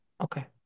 Okay